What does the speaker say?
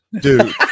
dude